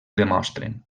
demostren